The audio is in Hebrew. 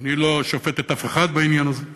אני לא שופט את אף אחד בעניין הזה,